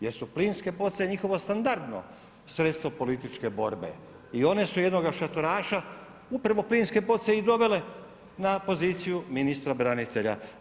Jer su plinske boce njihovo standardno sredstvo političke borbe i one su jednoga šatoraša upravo plinske boce i dovele na poziciju ministra branitelja.